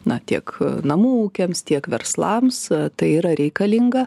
na tiek namų ūkiams tiek verslams tai yra reikalinga